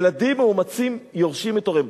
ילדים מאומצים יורשים את הוריהם.